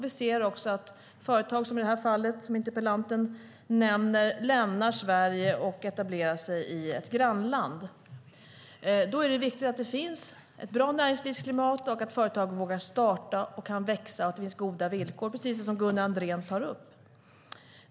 Vi ser också att företag som dem som interpellanten nämner lämnar Sverige och etablerar sig i ett grannland. Då är det viktigt att det finns ett bra näringslivsklimat och att företagen vågar starta och kan växa och att det finns goda villkor, precis som Gunnar Andrén tar upp.